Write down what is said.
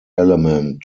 element